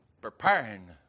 preparing